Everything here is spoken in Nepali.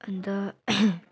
अन्त